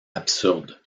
absurde